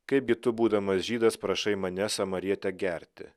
kaipgi tu būdamas žydas prašai mane samarietę gerti